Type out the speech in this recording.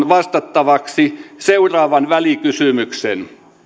vastattavaksi seuraavan välikysymyksen